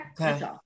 Okay